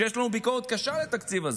שיש לנו ביקורת קשה על התקציב הזה.